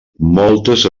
moltes